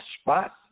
spot